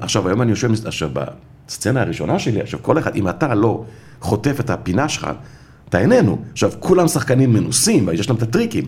עכשיו היום אני יושב, עכשיו בסצנה הראשונה שלי, עכשיו כל אחד, אם אתה לא חוטף את הפינה שלך, אתה איננו. עכשיו כולם שחקנים מנוסים, ויש להם את הטריקים.